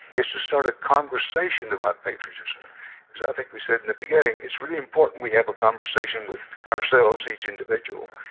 it's to start a conversation about patriotism because i think we said in the beginning it's really important we have a conversation with ourselves, each individual,